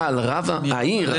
אני כרב עיר,